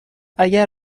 اگر